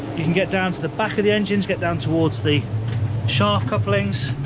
you can get down to the back of the engines, get down towards the shaft couplings,